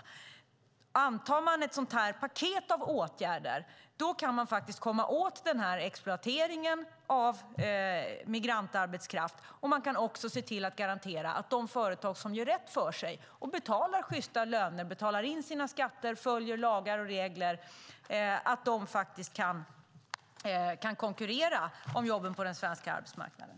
Om man antar ett sådant paket av åtgärder kan man komma åt den här exploateringen av migrantarbetskraft och man kan se till att garantera att de företag som gör rätt för sig och betalar sjysta löner och betalar in skatter och följer lagar och regler kan konkurrera om jobben på den svenska arbetsmarknaden.